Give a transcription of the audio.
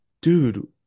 dude